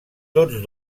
tots